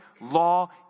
law